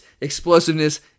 explosiveness